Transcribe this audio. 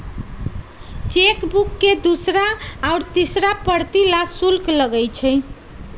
chequebook के दूसरा और तीसरा प्रति ला शुल्क लगा हई